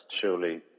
surely